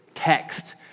text